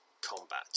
combat